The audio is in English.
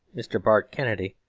mr. bart kennedy,